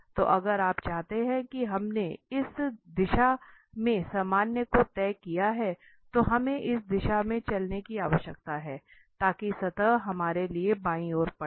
तो अगर आप चाहते हैं कि हमने इस दिशा में सामान्य को तय किया है तो हमें इस दिशा में चलने की आवश्यकता है ताकि सतह हमारे लिए बाईं ओर पड़े